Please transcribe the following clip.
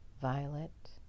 violet